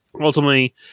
Ultimately